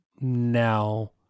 now